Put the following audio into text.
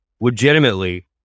legitimately